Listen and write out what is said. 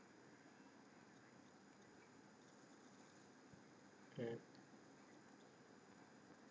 mm